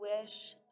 wish